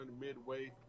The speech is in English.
midway